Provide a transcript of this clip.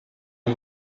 ich